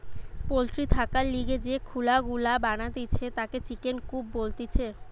poultry থাকার লিগে যে খুলা গুলা বানাতিছে তাকে চিকেন কূপ বলতিছে